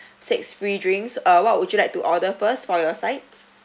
six free drinks uh what would you like to order first for your sides